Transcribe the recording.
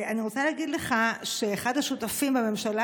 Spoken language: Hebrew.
אני רוצה להגיד לך שאחד השותפים בממשלה